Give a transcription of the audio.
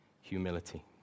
humility